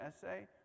essay